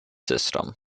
system